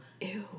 Ew